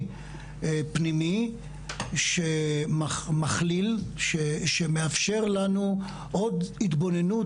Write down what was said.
פנימי ומכליל שמאפשר לנו עוד התבוננות,